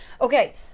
okay